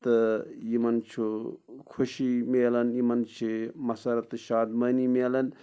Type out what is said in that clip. تہٕ یِمن چھُ خوشی مِلَان یِمن چھِ مسّرت تہٕ شاد مٲنی ملان